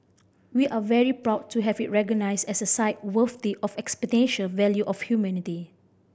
we are very proud to have it recognised as a site worthy of value of humanity